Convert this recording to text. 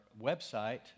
website